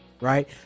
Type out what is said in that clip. right